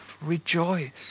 rejoice